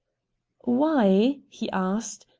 why, he asked,